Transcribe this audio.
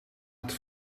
het